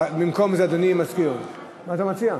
במקום זה, אדוני המזכיר, מה אתה מציע?